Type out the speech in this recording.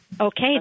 Okay